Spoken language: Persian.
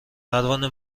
پروانه